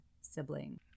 sibling